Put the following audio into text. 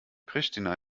pristina